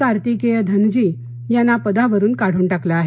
कार्तिकेय धनजी यांना पदावरून काढून टाकलं आहे